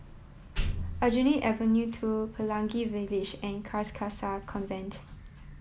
Aljunied Avenue two Pelangi Village and Carcasa Convent